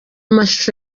mashusho